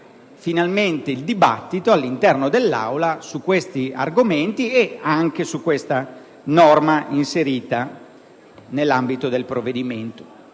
finalmente il dibattito all'interno dell'Aula su questi argomenti e anche su questa norma inserita nell'ambito del provvedimento.